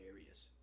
areas